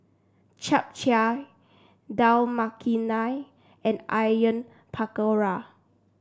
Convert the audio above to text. Japchae Dal Makhani and Onion Pakora